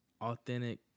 authentic